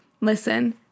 listen